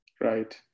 Right